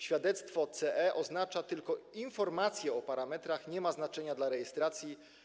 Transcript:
Świadectwo CE oznacza tylko informację o parametrach, nie ma znaczenia dla rejestracji.